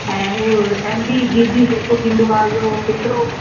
ऐं हू M B G B जेको थींदो आहे इहो केतिरो